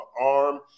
arm